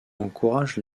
encourage